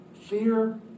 Fear